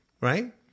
right